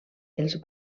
els